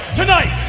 tonight